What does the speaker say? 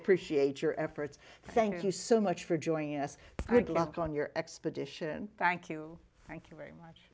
appreciate your efforts thank you so much for joining us good luck on your expedition thank you thank you very much